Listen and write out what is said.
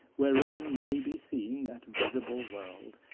wherein may be seen that visible world.